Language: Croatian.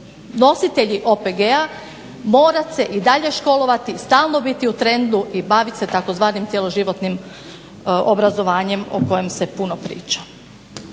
nositelji OPG-a morat se i dalje školovati, stalno biti u trendu i bavit se tzv. cijeloživotnim obrazovanjem o kojem se puno priča.